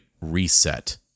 reset